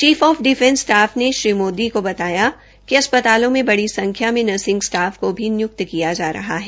chief of defence staff ने श्री मोदी को बताया कि अस्पतालों में बड़ी संख्या में नर्सिंग स्टाफ को नियुक्त किया जा रहा है